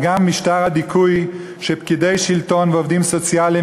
וגם משטר הדיכוי שפקידי שלטון ועובדים סוציאליים